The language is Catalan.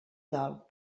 dol